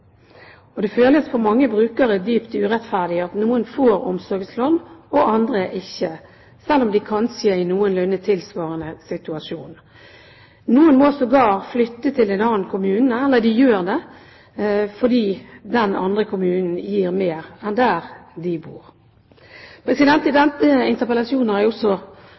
avlønningen. Det føles for mange brukere dypt urettferdig at noen får omsorgslønn og andre ikke, selv om de kanskje er i noenlunde tilsvarende situasjon. Noen må sågar flytte til en annen kommune, eller de gjør det fordi den andre kommunen gir mer enn der de bor. I denne interpellasjonen har jeg også